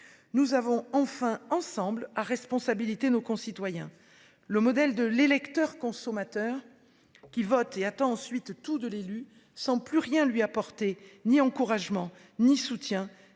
nous devons ensemble responsabiliser nos concitoyens. Le modèle de l'électeur consommateur qui vote et qui attend ensuite tout de l'élu sans plus rien lui apporter, ni encouragement ni soutien,